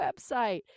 website